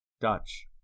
Dutch